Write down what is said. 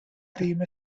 cream